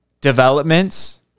developments